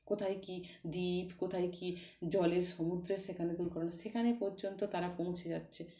কোথায় কি দ্বীপ কোথায় কি জলের সমুদ্রে সেখানে দুর্ঘটনা সেখানে পর্যন্ত তারা পৌঁছে যাচ্ছে